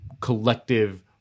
collective